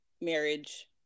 marriage